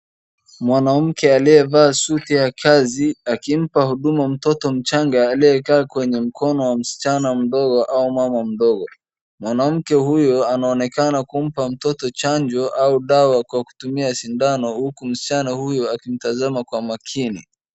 Mwanamke aliyevaa suti ya kazi akimpa huduma mtoto mchanga aliyekaa kwenye mkono wa msichana mdogo au mama mdogo. Mwanamke huyu anaonekana kumpa mtoto chanjo au dawa kwa kutumia sindano huku msichana huyu akimtazama kwa makini.